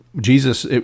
Jesus